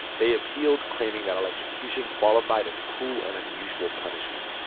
they appealed, claiming that electrocution qualified as cruel and unusual punishment,